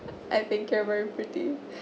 I think you're very pretty